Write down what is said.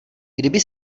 kdyby